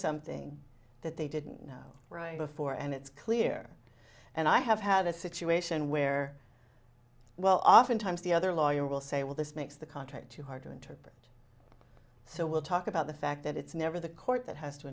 something that they didn't know right before and it's clear and i have had a situation where well oftentimes the other lawyer will say well this makes the contract too hard to interpret so we'll talk about the fact that it's never the court that has to